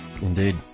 Indeed